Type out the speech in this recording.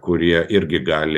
kurie irgi gali